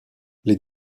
les